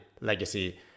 legacy